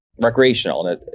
recreational